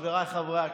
חבריי חברי הכנסת,